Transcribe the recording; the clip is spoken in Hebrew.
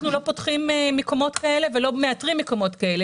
אנחנו לא פותחים מקומות כאלה ולא מאתרים מקומות כאלה.